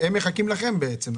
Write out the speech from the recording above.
הם מחכים לכם בעצם.